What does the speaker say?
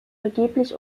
vergeblich